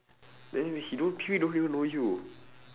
then he don't pe~ don't even know you